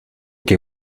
que